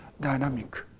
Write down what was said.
dynamic